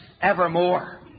evermore